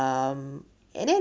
um and then